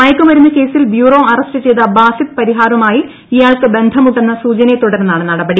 മയക്കുമരുന്ന് കേസിൽ bureau arrest ചെയ്ത ബാസിത് പരിഹാറുമായി ഇയാൾക്ക് ബന്ധമുണ്ടെന്ന സൂചനയെ തുടർന്നാണ് നടപടി